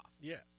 Yes